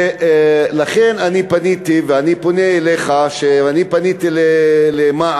ולכן אני פניתי, ואני פונה אליך, אני פניתי למע"צ,